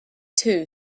too